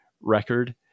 record